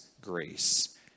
grace